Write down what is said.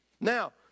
Now